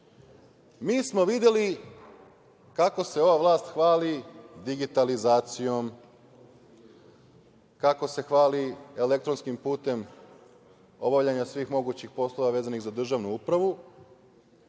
smo videli kako se ova vlast hvali digitalizacijom, kako se hvali elektronskim putem obavljanja svih mogućih poslova vezanih za državnu upravu. Da